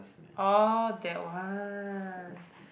oh that one